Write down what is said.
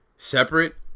separate